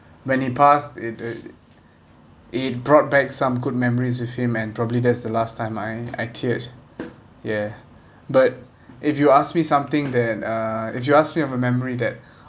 when he passed it it it brought back some good memories with him and probably that's the last time I I teared ya but if you ask me something that uh if you ask me of a memory that